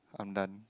I am done